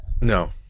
No